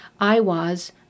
Iwas